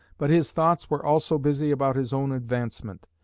but his thoughts were also busy about his own advancement.